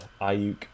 Ayuk